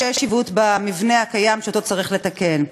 שיש במבנה הקיים עיוות שצריך לתקן.